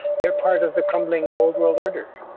they're part of the crumbling old world order.